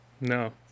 no